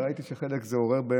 וראיתי שבחלק זה עורר,